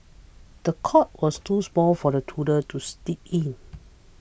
the cot was too small for the toddler to steep in